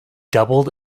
doubled